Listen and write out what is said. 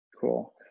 Cool